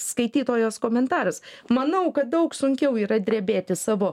skaitytojos komentaras manau kad daug sunkiau yra drebėti savo